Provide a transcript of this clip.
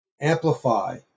amplify